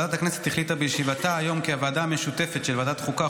ועדת הכנסת החליטה בישיבתה היום כי הוועדה המשותפת של ועדת החוקה,